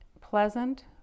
Pleasant